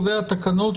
בדיקה.